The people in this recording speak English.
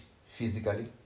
physically